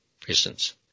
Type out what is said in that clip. prisons